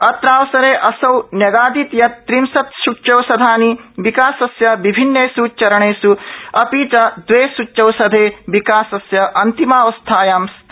अत्रावसरे असौ न्यगादीत् यत् त्रिंशत् सृच्यौषधानि विकासस्य विभिन्नचणेष् विदयन्ते अपि च दवे सूच्यौषधे विकासस्य अन्तिमावस्थायां स्त